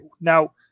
now